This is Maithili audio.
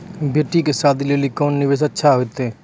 बेटी के शादी लेली कोंन निवेश अच्छा होइतै?